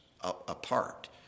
apart